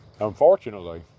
Unfortunately